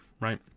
Right